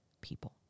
people